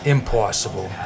Impossible